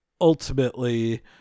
ultimately